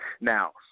Now